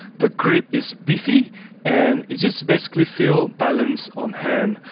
the grip is beefy and it just basically feels balanced on hand.